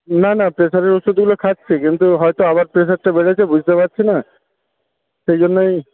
না না প্রেশারের ওষুধগুলো খাচ্ছি কিন্তু হয়তো আবার প্রেশারটা বেড়েছে বুঝতে পারছি না সেইজন্যেই